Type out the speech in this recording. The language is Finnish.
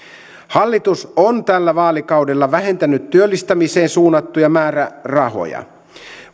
hallitus on tällä vaalikaudella vähentänyt työllistämiseen suunnattuja määrärahoja